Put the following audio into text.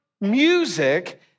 music